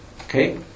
Okay